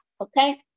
Okay